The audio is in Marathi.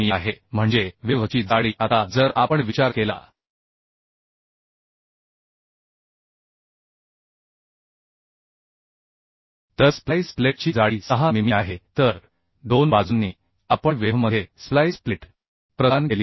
आहे म्हणजे वेव्ह ची जाडी आता जर आपण विचार केला तर स्प्लाईस प्लेटची जाडी 6 मिमी आहे तर 2 बाजूंनी आपण वेव्हमध्ये स्प्लाईस प्लेट प्रदान केली आहे